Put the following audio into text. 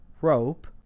Rope